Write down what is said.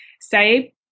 say